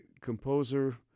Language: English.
composer